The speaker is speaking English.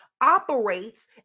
operates